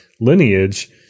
lineage